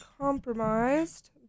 Compromised